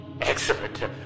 Excellent